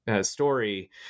story